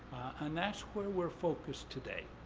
and that's where we're focused today.